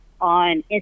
on